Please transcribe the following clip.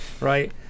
right